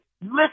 Listen